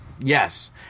Yes